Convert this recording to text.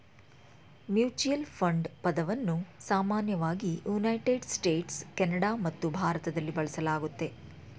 mutual fund ಪದವನ್ನ ಸಾಮಾನ್ಯವಾಗಿ United States, Canada ಮತ್ತು ಭಾರತದಲ್ಲಿ ಬಳಸಲಾಗುತ್ತೆ